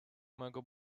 małego